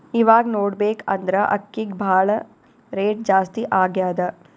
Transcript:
ಇವಾಗ್ ನೋಡ್ಬೇಕ್ ಅಂದ್ರ ಅಕ್ಕಿಗ್ ಭಾಳ್ ರೇಟ್ ಜಾಸ್ತಿ ಆಗ್ಯಾದ